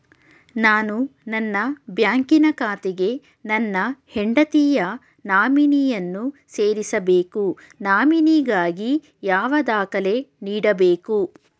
ನಾನು ನನ್ನ ಬ್ಯಾಂಕಿನ ಖಾತೆಗೆ ನನ್ನ ಹೆಂಡತಿಯ ನಾಮಿನಿಯನ್ನು ಸೇರಿಸಬೇಕು ನಾಮಿನಿಗಾಗಿ ಯಾವ ದಾಖಲೆ ನೀಡಬೇಕು?